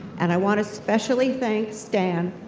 and i want to especially thank stan,